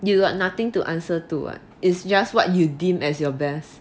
you got nothing to answer to what is just what you deem as your best